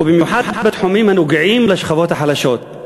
ובמיוחד בתחומים הנוגעים בשכבות החלשות.